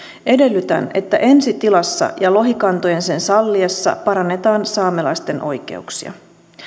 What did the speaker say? edellytän että ensi tilassa ja lohikantojen sen salliessa parannetaan saamelaisten oikeuksia